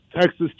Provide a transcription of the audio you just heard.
Texas